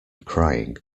crying